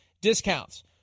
discounts